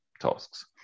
tasks